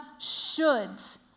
shoulds